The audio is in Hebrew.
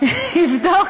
יבדוק